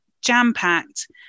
jam-packed